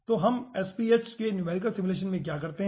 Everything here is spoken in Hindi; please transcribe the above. तो हम SPH के न्यूमेरिकल सिमुलेशन में क्या करते हैं